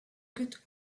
good